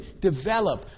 develop